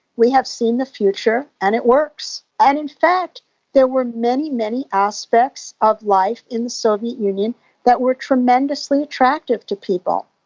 we have seen the future and it works. and in fact there were many, many aspects of life in the soviet union that were tremendously attractive to people.